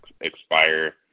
expire